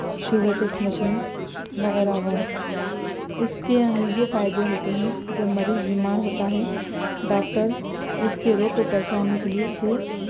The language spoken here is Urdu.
شوگر ٹیسٹ مشین وغیرہ وغیرہ اِس کے ہمیں یہ فائدے ہوتے ہیں جب مریض بیمار ہوتا ہے ڈاکٹر اِس کے روگ کو پہچاننے کے لئے اِسے